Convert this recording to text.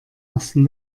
ersten